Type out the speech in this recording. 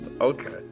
Okay